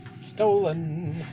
Stolen